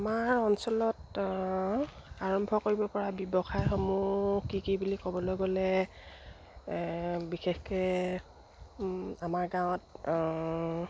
আমাৰ অঞ্চলত আৰম্ভ কৰিব পৰা ব্যৱসায়সমূহ কি কি বুলি ক'বলৈ গ'লে বিশেষকে আমাৰ গাঁৱত